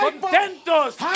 contentos